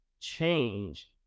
change